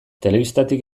telebistatik